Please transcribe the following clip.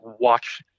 watch